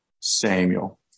Samuel